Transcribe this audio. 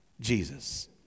Jesus